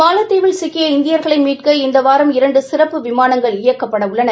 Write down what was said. மாலத்தீவில் சிக்கிய இந்தியர்களை மீட்க இந்த வாரம் இரண்டு சிறப்பு விமானங்கள் இயக்கப்படவுள்ளன